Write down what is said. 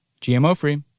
GMO-free